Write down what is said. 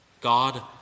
God